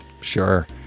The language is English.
Sure